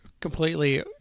completely